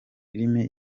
filimi